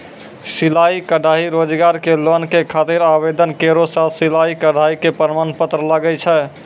सिलाई कढ़ाई रोजगार के लोन के खातिर आवेदन केरो साथ सिलाई कढ़ाई के प्रमाण पत्र लागै छै?